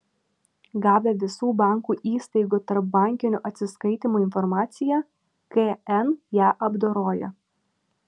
gavę visų bankų įstaigų tarpbankinių atsiskaitymų informaciją kn ją apdoroja